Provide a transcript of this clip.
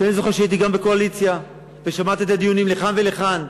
כי אני זוכר שהייתי גם בקואליציה ושמעתי את הדיונים לכאן ולכאן,